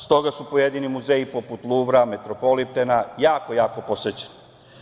S toga su pojedini muzeji poput Luvra, Metropolitena, jako posećeni.